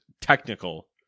technical